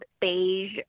beige